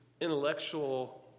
intellectual